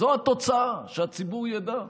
זו התוצאה, שהציבור ידע.